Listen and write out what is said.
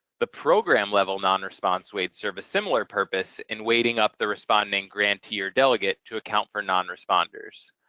the program-level non-response weights serve a similar purpose in weighting up the responding grantee or delegate to account for non responders.